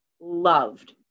loved